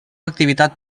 activitat